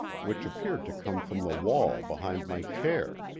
which appeared to come from the wall behind my chair.